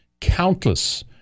countless